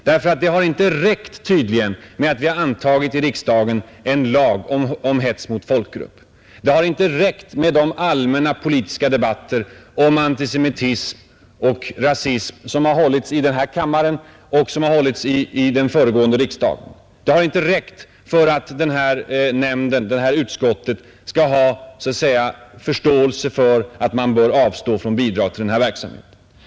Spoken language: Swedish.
Det har tydligen inte räckt med att vi har antagit i riksdagen en lag om hets mot folkgrupp och det har inte räckt med de allmänna politiska debatter om antisemitism och rasism, som har hållits i denna kammare och i föregående riksdagar, för att nämnden eller utskottet i fråga skall få förståelse för att man bör avstå från bidrag till denna verksamhet.